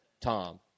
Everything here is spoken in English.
Tom